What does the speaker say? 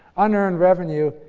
unearned revenue.